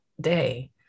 day